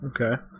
Okay